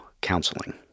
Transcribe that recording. counseling